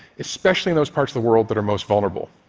especially in those parts of the world that are most vulnerable,